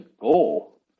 goal